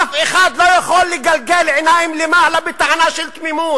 אף אחד לא יכול לגלגל עיניים למעלה בטענה של תמימות: